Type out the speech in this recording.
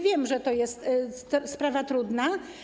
Wiem, że to jest sprawa trudna.